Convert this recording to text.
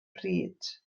pryd